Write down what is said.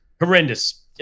horrendous